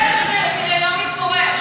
מי בודק שזה לא מתפורר?